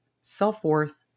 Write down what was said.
self-worth